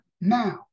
Now